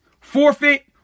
forfeit